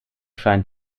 scheint